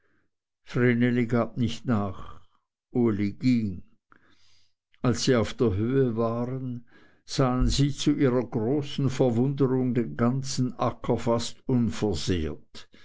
nicht nach uli ging als sie auf der höhe waren sahen sie zu ihrer großen verwunderung den ganzen acker fast unversehrt